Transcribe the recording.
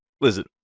Listen